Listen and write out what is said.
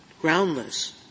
groundless